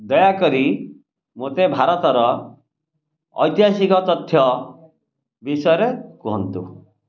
ଦୟାକରି ମୋତେ ଭାରତର ଐତିହାସିକ ତଥ୍ୟ ବିଷୟରେ କୁହନ୍ତୁ